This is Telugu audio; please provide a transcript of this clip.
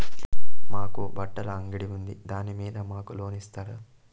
మాకు బట్టలు అంగడి ఉంది దాని మీద మాకు లోను ఇస్తారా